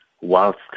whilst